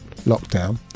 lockdown